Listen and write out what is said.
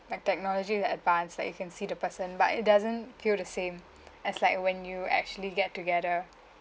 like technology's advance that you can see the person but it doesn't feel the same as like when you actually get together